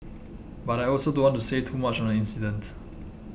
but I also don't want to say too much on the incident